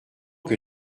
que